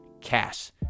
cash